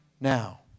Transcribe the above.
now